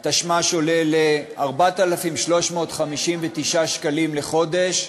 התשמ"ש עולה ל-4,359 שקלים לחודש,